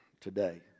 today